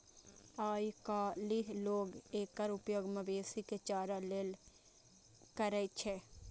आइकाल्हि लोग एकर उपयोग मवेशी के चारा लेल करै छै